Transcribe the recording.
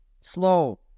slow